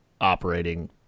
operating